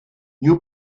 you